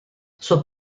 suo